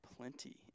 Plenty